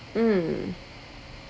mm